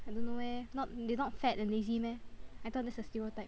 I don't know eh not they not fat and lazy meh I thought that's the stereotype